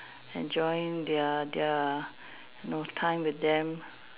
enjoying their their you know time with them